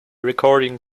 recording